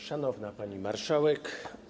Szanowna Pani Marszałek!